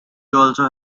also